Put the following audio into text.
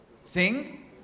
Sing